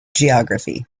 geography